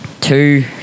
two